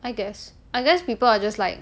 I guess I guess people are just like